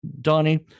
Donnie